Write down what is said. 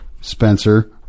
Spencer